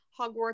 Hogwarts